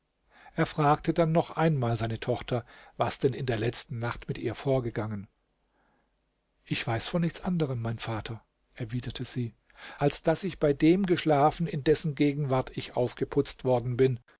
er fragte dann noch einmal seine tochter was denn in der letzten nacht mit ihr vorgegangen ich weiß von nichts anderem mein vater erwiderte sie als daß ich bei dem geschlafen in dessen gegenwart ich aufgeputzt worden bin